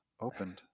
opened